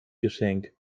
geschenk